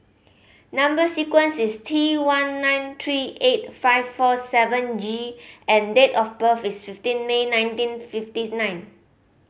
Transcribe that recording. number sequence is T one nine three eight five four seven G and date of birth is fifteen May nineteen fifty nine